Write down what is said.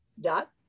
dot